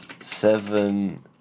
seven